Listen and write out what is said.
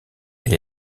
elle